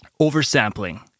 oversampling